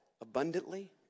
Abundantly